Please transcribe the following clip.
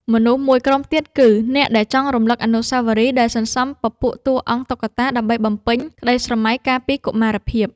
មនុស្សមួយក្រុមទៀតគឺ អ្នកដែលចង់រំលឹកអនុស្សាវរីយ៍ ដែលសន្សំពពួកតួអង្គតុក្កតាដើម្បីបំពេញក្ដីស្រមៃកាលពីកុមារភាព។